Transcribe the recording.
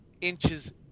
inches